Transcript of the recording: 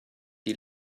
die